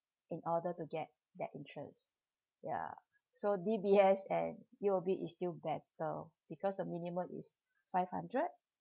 in order to get that interest ya so D_B_S and U_O_B is still better because the minimum is five hundred